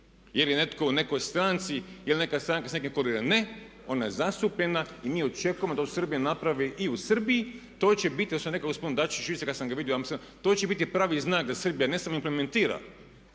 je li netko u nekoj stranci, jel' neka stranka s nekim koalira. Ne, ona je zastupljena i mi očekujemo da to naprave i u Srbiji. To će biti, to sam rekao gospodinu Dačiću kad sam ga vidio u Amsterdamu, to će biti pravi znak da Srbija ne samo implementira